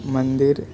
मन्दिर